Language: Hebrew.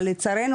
אבל לצערנו,